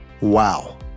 Wow